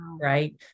right